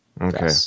Okay